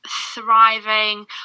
thriving